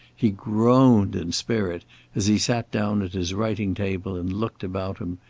he groaned in spirit as he sat down at his writing-table and looked about him.